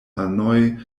anoj